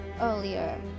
earlier